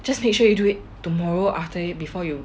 just make sure you do it tomorrow after it before you